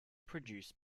produce